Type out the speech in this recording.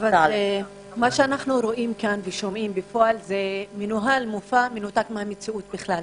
מה שאנחנו רואים כאן ושומעים בפועל זה שמנוהל מופע מנותק מהמציאות בכלל.